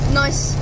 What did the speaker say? nice